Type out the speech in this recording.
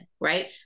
right